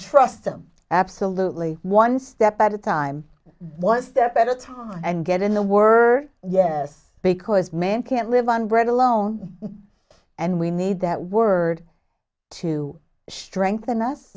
him absolutely one step at a time one step at a time and get in the word yes because man can't live on bread alone and we need that word to strengthen us